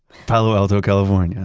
palo alto, california.